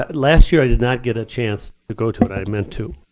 ah last year i did not get a chance to go to it. i meant to.